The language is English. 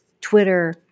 Twitter